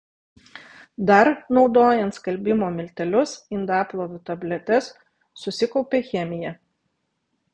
dar naudojant skalbimo miltelius indaplovių tabletes susikaupia chemija